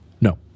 No